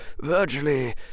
virtually